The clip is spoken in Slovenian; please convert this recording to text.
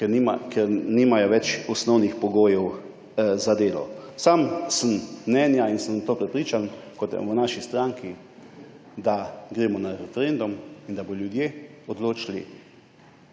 ker nimajo več osnovnih pogojev za delo. Sam sem mnenja in sem v to prepričan, enako kot v naši stranki, da gremo na referendum in da bodo ljudje odločili,